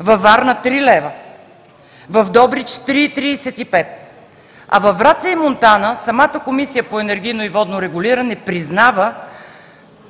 във Варна – 3,00 лв., в Добрич – 3,35 лв., а във Враца и Монтана самата Комисия по енергийно и водно регулиране признава,